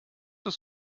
das